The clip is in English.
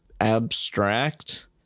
abstract